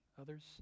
Others